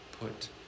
put